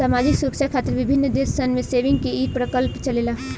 सामाजिक सुरक्षा खातिर विभिन्न देश सन में सेविंग्स के ई प्रकल्प चलेला